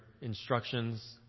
instructions